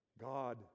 God